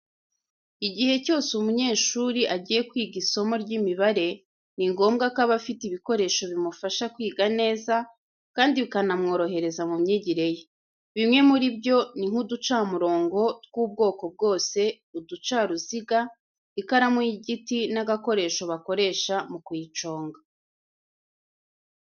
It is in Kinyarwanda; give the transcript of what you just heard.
Igihe cyose umunyeshuri agiye kwiga isomo ry'imibare, ni ngombwa ko aba afite ibikoresho bimufasha kwiga neza kandi bikanamworohereza mu myigire ye. Bimwe muri byo, ni nk'uducamurongo tw'ubwoko bwose, uducaruziga, ikaramu y'igiti, n'agakoresho bakoresha mu kuyiconga.